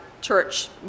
church